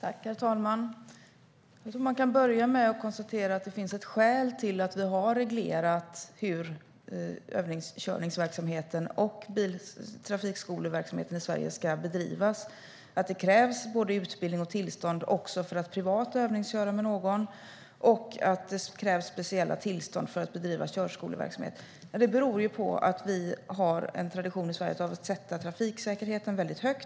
Herr talman! Jag tror att man kan börja med att konstatera att det finns ett skäl till att vi har reglerat hur övningskörningsverksamheten och trafikskoleverksamheten i Sverige ska bedrivas. Att det krävs både utbildning och tillstånd också för att privat övningsköra med någon och att det krävs speciella tillstånd för att bedriva körskoleverksamhet beror ju på att vi har en tradition i Sverige av att sätta trafiksäkerheten väldigt högt.